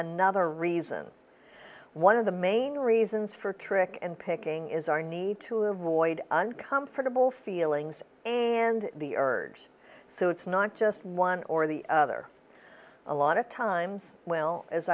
another reason one of the main reasons for trick and picking is our need to avoid uncomfortable feelings and the urge so it's not just one or the other a lot of times well as